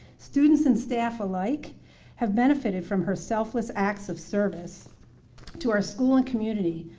students and staff alike have benefited from her selfless acts of service to our school and community,